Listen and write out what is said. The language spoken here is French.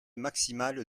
maximale